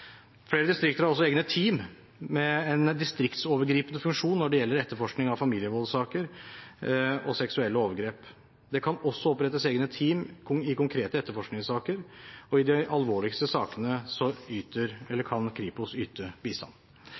Flere distrikter har også egne team med en distriktsovergripende funksjon når det gjelder etterforskning av familievold og saker om seksuelle overgrep. Det kan også opprettes egne team i konkrete etterforskningssaker. I de alvorligste sakene kan Kripos yte bistand.